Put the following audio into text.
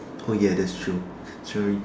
oh ya that's true sorry